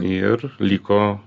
ir liko